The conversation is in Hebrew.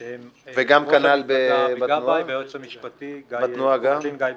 שהם אבי גבאי והיועץ המשפטי, עו"ד גיא בוסי.